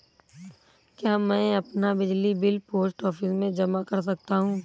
क्या मैं अपना बिजली बिल पोस्ट ऑफिस में जमा कर सकता हूँ?